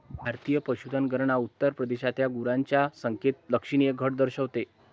भारतीय पशुधन गणना उत्तर प्रदेशातील गुरांच्या संख्येत लक्षणीय घट दर्शवते